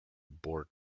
board